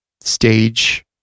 stage